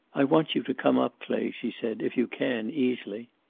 i want you to come up, clay, she said. if you can, easily.